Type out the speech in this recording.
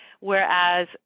Whereas